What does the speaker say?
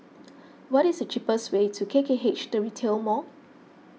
what is the cheapest way to K K H the Retail Mall